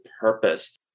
purpose